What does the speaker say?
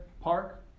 park